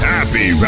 Happy